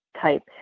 type